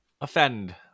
offend